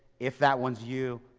if that one's you,